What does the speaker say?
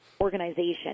organization